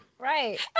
right